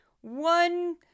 One